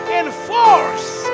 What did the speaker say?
enforce